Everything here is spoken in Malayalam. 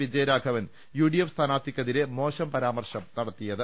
വിജയരാഘവൻ യുഡിഎഫ് സ്ഥാനാർത്ഥിക്കെതിരെ മോശം പരാമർശം നടത്തിയത്